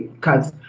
cuts